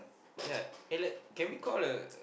ya eh like can we call the